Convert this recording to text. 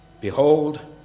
Behold